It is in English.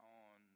on